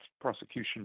prosecution